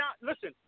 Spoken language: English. listen